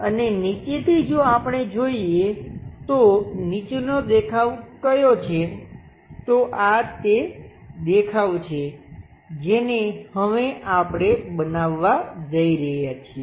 અને નીચેથી જો આપણે જોઈએ તો નીચેનો દેખાવ ક્યો છે તો આ તે દેખાવો છે જેને હવે આપણે બનાવવા જઈ રહ્યા છીએ